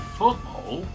football